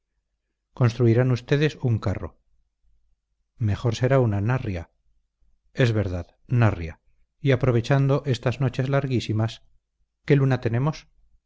construirán ustedes un carro mejor será una narria es verdad narria y aprovechando estas noches larguísimas qué luna tenemos